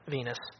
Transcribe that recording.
Venus